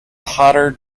hotter